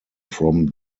from